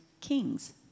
kings